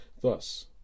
Thus